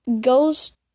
goes